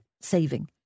saving